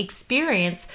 experience